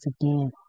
again